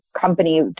company